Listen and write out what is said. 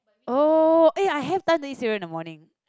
oh eh I time to eat cereal in the morning